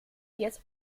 jetzt